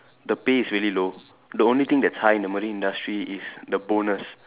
the pay is really low the only thing that's high in the industry is the bonus